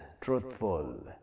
truthful